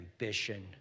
ambition